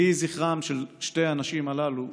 יהי זכרן של שתי הנשים הללו ברוך.